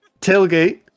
Tailgate